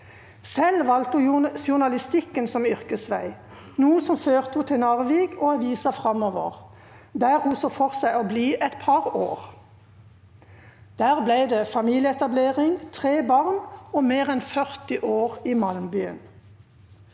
Selv valgte hun journalistikken som yrkesvei, noe som førte henne til Narvik og avisa Fremover, der hun så for seg å bli et par år. Det ble familieetablering, tre barn og mer enn 40 år i malmbyen.